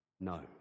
no